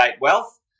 wealth